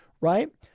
right